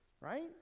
Right